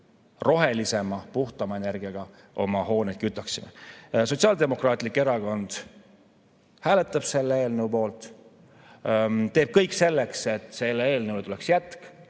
rohelisema, puhtama energiaga oma hooneid kütaksime. Sotsiaaldemokraatlik Erakond hääletab selle eelnõu poolt, teeb kõik selleks, et sellele eelnõule tuleks jätk